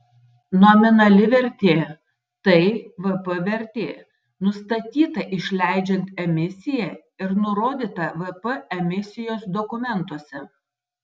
nominali vertė tai vp vertė nustatyta išleidžiant emisiją ir nurodyta vp emisijos dokumentuose